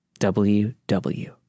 WW